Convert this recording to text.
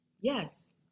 Yes